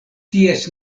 ties